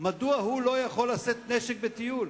מדוע הוא לא יכול לשאת נשק בטיול?